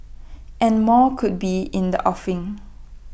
and more could be in the offing